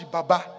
Baba